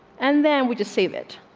and then we just save it.